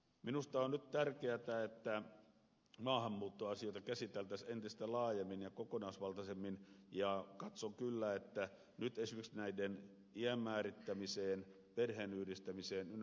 minusta on nyt tärkeätä että maahanmuuttoasioita käsiteltäisiin entistä laajemmin ja kokonaisvaltaisemmin ja katson kyllä että nyt esimerkiksi iän määrittämisen perheen yhdistämisen ynnä muuta